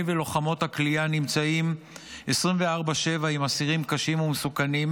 ולוחמות הכליאה הנמצאים 24/7 עם אסירים קשים ומסוכנים,